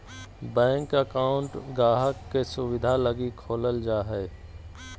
bank account गाहक़ के सुविधा लगी खोलल जा हय